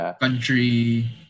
country